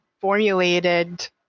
formulated